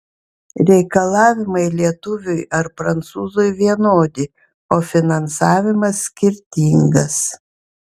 reikalavimai lietuviui ar prancūzui vienodi o finansavimas skirtingas